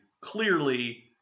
clearly